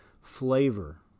flavor